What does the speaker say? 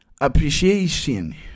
appreciation